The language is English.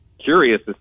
curious